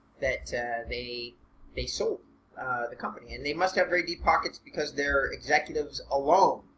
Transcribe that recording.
that they they sold the company and they must have very deep pockets because their executives alone,